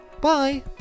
bye